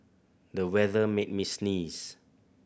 the weather made me sneeze